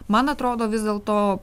man atrodo vis dėlto